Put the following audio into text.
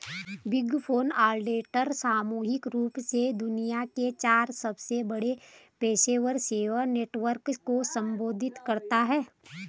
big four auditor सामूहिक रूप से दुनिया के चार सबसे बड़े पेशेवर सेवा नेटवर्क को संदर्भित करता है